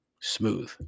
smooth